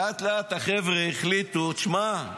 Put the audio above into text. לאט-לאט החבר'ה החליטו: שמע,